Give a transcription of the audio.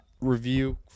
review